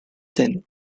then